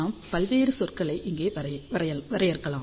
நாம் பல்வேறு சொற்களை இங்கே வரையறுக்கலாம்